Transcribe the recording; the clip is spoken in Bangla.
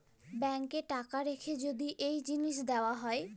ব্যাংকে টাকা রাখ্যে যদি এই জিলিস দিয়া হ্যয়